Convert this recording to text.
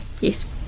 yes